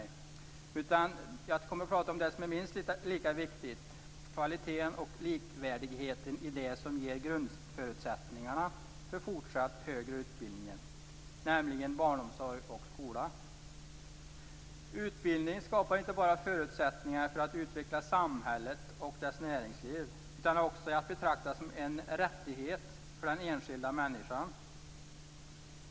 Jag kommer att prata om det som är minst lika viktigt, kvaliteten och likvärdigheten i det som ger grundförutsättningarna för fortsatt högre utbildning, nämligen barnomsorg och skola. Utbildning skapar inte bara förutsättningar för att utveckla samhället och dess näringsliv, utan är också att betrakta som en rättighet för den enskilda människan.